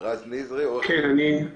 אני מזכיר